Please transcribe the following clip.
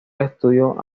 estudio